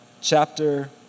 chapter